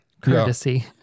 courtesy